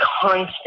constant